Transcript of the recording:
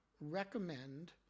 recommend